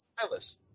stylus